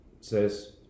says